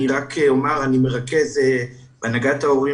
אני אומר שאני מרכז בהנהגת ההורים